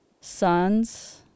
Sons